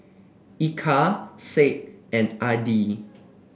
Eka Said and Adi